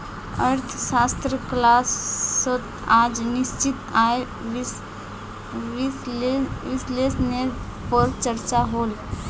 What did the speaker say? अर्थशाश्त्र क्लास्सोत आज निश्चित आय विस्लेसनेर पोर चर्चा होल